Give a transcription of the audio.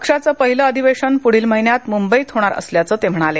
पक्षाचं पाहिलं अधिवेशन प्ढील महिन्यात मुंबईत होणार असल्याचं ते म्हणाले